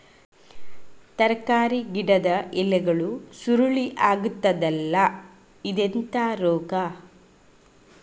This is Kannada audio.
ತರಕಾರಿ ಗಿಡದ ಎಲೆಗಳು ಸುರುಳಿ ಆಗ್ತದಲ್ಲ, ಇದೆಂತ ರೋಗ?